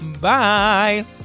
Bye